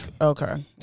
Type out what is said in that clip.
okay